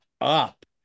up